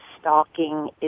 stalking